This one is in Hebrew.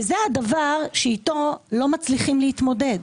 זה הדבר שאיתו לא מצליחים להתמודד,